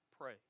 pray